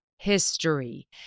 history